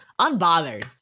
unbothered